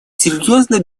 серьезную